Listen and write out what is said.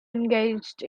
engaged